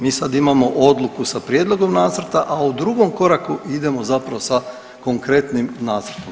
Mi sad imamo odluku sa prijedlogom nacrta, a u drugom koraku idemo zapravo sa konkretnim nacrtom.